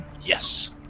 yes